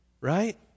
right